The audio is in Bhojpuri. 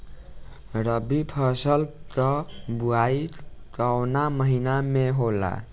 रबी फसल क बुवाई कवना महीना में होला?